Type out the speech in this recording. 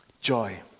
Joy